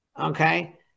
Okay